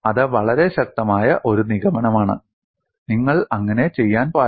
അത് വളരെ ശക്തമായ ഒരു നിഗമനമാണ് നിങ്ങൾ അങ്ങനെ ചെയ്യാൻ പാടില്ല